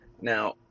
Now